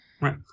Right